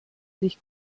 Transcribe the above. sich